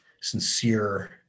sincere